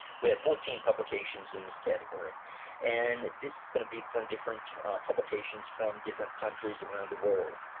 we have fourteen publications in this category and this is going to be from different publications from different countries around the world.